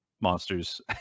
monsters